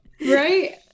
Right